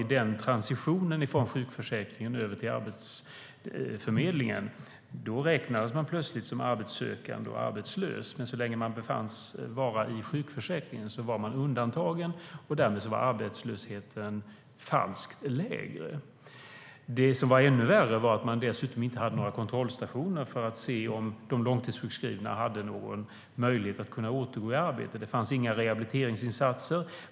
Efter transitionen från sjukförsäkringen till Arbetsförmedlingen räknades man nämligen plötsligt som arbetssökande och arbetslös, men så länge man befanns vara i sjukförsäkringen var man undantagen. Därmed var arbetslösheten falskt lägre. Ännu värre var att man dessutom inte hade några kontrollstationer för att se om de långtidssjukskrivna hade någon möjlighet att återgå i arbete. Det fanns inga rehabiliteringsinsatser.